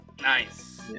Nice